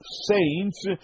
saints